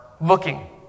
looking